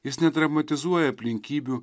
jis nedramatizuoja aplinkybių